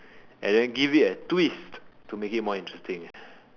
and then give it a twist to make it more interesting